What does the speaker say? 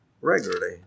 regularly